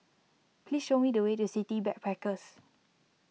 please show me the way to City Backpackers